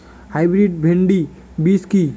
Hybrid ভীন্ডি বীজ কি?